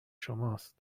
شماست